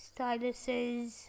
styluses